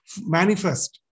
manifest